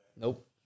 Nope